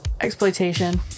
Exploitation